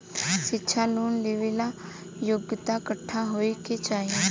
शिक्षा लोन लेवेला योग्यता कट्ठा होए के चाहीं?